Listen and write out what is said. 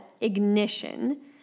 ignition